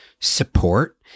support